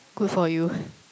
good for you